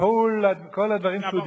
וכל הדברים שהוא דיבר,